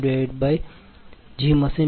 u